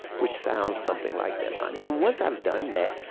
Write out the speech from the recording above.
which sounds something like that line. and then, once i've done that,